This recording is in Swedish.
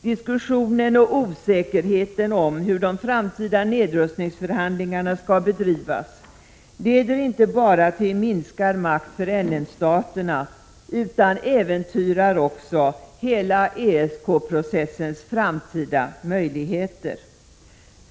Diskussionen och osäkerheten om hur de framtida nedrustningsförhandlingarna skall bedrivas leder inte bara till minskad makt för NN-staterna utan äventyrar också hela ESK-processens framtida möjligheter.